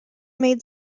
made